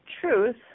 truth